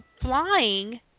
flying